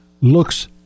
looks